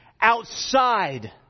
Outside